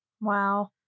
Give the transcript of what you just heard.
wow